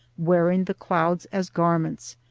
wearing the clouds as garments,